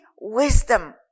wisdom